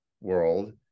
world